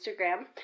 Instagram